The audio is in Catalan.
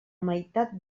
meitat